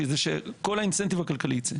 כי כל האינסנטיב הכלכלי ייצא.